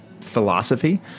philosophy